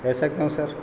ऐसा क्यों सर